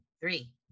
three